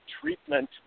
treatment